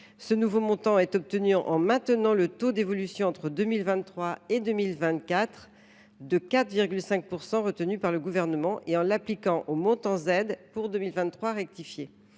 Ce nouveau montant est obtenu en maintenant le taux d’évolution de 4,5 %, entre 2023 et 2024, retenu par le Gouvernement et en l’appliquant au montant Z pour 2023 rectifié